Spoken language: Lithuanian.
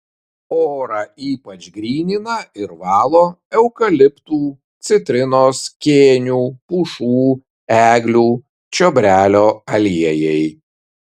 orą ypač grynina ir valo eukaliptų citrinos kėnių pušų eglių čiobrelio aliejai